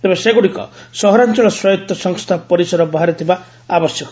ତେବେ ସେଗୁଡ଼ିକ ସହରାଞ୍ଚଳ ସ୍ୱାୟତ ସଂସ୍ଥା ପରିସର ବାହାରେ ଥିବା ଆବଶ୍ୟକ